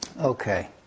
Okay